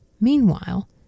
Meanwhile